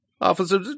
Officer